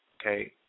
Okay